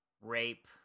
rape